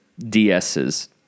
DSs